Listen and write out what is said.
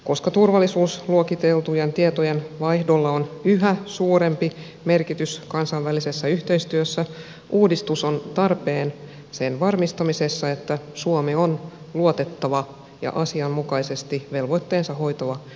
koska turvallisuusluokiteltujen tietojen vaihdolla on yhä suurempi merkitys kansainvälisessä yhteistyössä uudistus on tarpeen sen varmistamisessa että suomi on luotettava ja asianmukaisesti velvoitteensa hoitava yhteistyökumppani